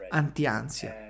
anti-ansia